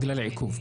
בגלל עיכוב.